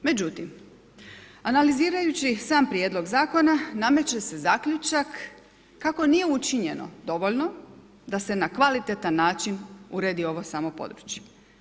Međutim analizirajući sam prijedlog zakona, nameće se zaključak kako nije učinjeno dovoljno da se na kvalitetan način uredi ovo samo područje.